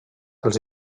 els